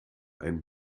ein